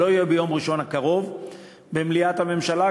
זה לא יהיה ביום ראשון הקרוב במליאת הממשלה,